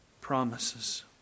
promises